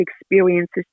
experiences